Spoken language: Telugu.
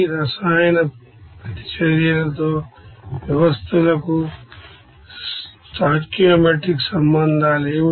కెమికల్ రియాక్షన్ సిస్టం కు స్టోయికియోమెట్రిక్ సంబంధాలు ఏమిటి